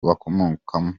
bakomokamo